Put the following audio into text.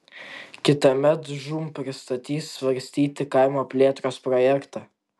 kitąmet žūm pristatys svarstyti kaimo plėtros projektą